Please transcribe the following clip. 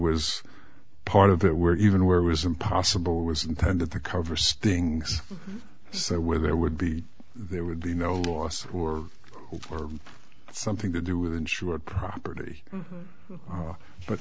was part of it where even where it was impossible was intended to cover stings so where there would be there would be no loss or for something to do with insured property